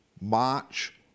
March